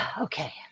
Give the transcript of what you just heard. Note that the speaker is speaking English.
okay